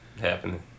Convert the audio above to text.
happening